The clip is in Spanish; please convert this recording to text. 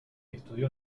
estudió